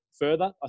further